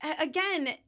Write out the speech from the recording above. again